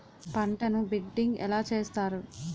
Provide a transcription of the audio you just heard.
పంటను బిడ్డింగ్ ఎలా చేస్తారు?